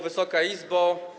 Wysoka Izbo!